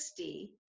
60